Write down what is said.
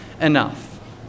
enough